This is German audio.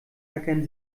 tackern